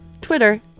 Twitter